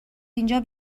اینجا